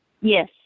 Yes